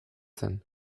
zen